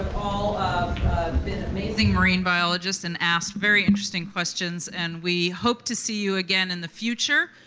all been amazing marine biologists and asked very interesting questions and we hope to see you again in the future.